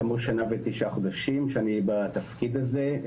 אני שנה ותשעה חודשים בתפקיד הזה.